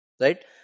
right